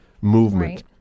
movement